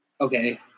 okay